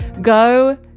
go